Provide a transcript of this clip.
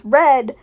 red